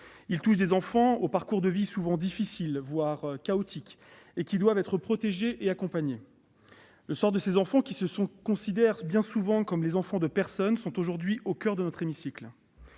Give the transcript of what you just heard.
lesquels : des enfants au parcours de vie souvent difficile, voire chaotique, qui doivent être protégés et accompagnés. Le sort de ces enfants, qui se considèrent bien souvent comme les « enfants de personne », est aujourd'hui au coeur de nos débats.